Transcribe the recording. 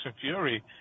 fury